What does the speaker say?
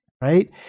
right